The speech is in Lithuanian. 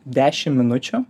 dešim minučių